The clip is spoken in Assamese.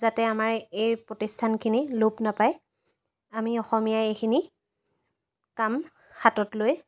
যাতে আমাৰ এই প্ৰতিষ্ঠানখিনি লোপ নাপায় আমি অসমীয়াই এইখিনি কাম হাতত লৈ